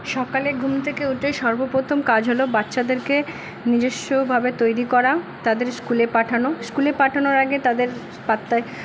সকালে ঘুম থেকে উঠে সর্বপ্রথম কাজ হল বাচ্চাদেরকে নিজস্বভাবে তৈরি করা তাদের স্কুলে পাঠানো স্কুলে পাঠানোর আগে তাদের